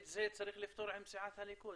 את זה צריך לפתור עם סיעת הליכוד.